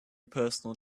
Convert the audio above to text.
personal